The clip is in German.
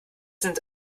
sind